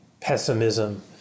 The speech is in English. pessimism